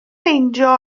meindio